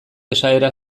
esaera